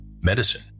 Medicine